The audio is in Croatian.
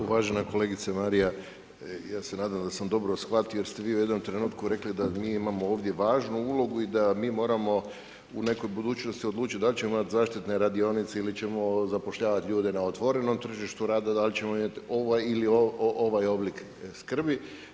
Uvažena kolegice Marija, ja sam nadam da sam dobro shvati jer ste vi u jednom trenutku rekli da mi imamo ovdje važnu ulogu i da mi moramo u nekoj budućnosti odlučiti da li ćemo imati zaštitne radionice ili ćemo zapošljavati ljude na otvorenom tržištu rada, da li ćemo imati ovaj ili onaj oblik skrbi.